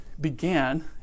began